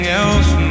else